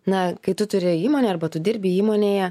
na kai tu turi įmonę arba tu dirbi įmonėje